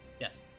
Yes